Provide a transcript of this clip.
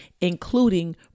including